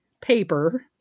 paper